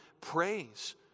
praise